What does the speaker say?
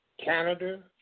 Canada